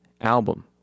album